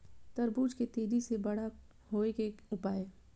तरबूज के तेजी से बड़ा होय के उपाय?